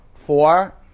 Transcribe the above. Four